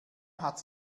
hat